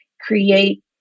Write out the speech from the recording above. create